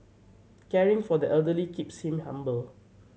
caring for the elderly keeps him humble